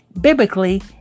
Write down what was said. biblically